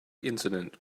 incident